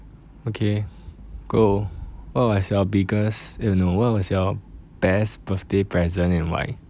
okay go what was your biggest uh no what was your best birthday present and why